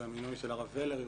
זה המינוי של הרב ולר.